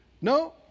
No